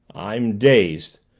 i'm dazed!